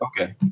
okay